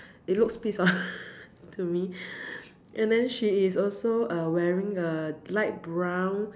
it looks pissed off to me and then she is also uh wearing a light brown